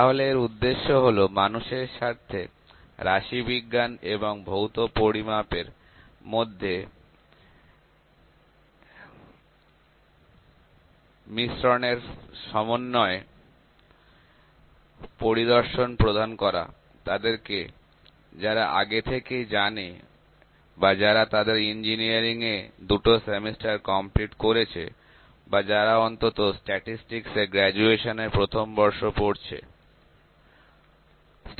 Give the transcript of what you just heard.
তাহলে এর উদ্দেশ্য হলো মানুষের সাথে রাশিবিজ্ঞান এবং ভৌত পরিমাপের মধ্যে মিথস্ক্রিয়ার সমন্বিত পরিদর্শন প্রদান করা তাদেরকে যারা আগে থেকেই জানে বা যারা তাদের ইঞ্জিনিয়ারিং এর দুটো সেমিস্টার কমপ্লিট করেছে বা যারা অন্তত স্ট্যাটিসটিকস এ গ্রাজুয়েশনের প্রথম বর্ষ পড়ছে ঠিক আছে